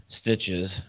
Stitches